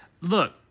look